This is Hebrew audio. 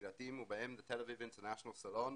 קהילתיים ובהם תל אביב אינטרנשיונל סלון,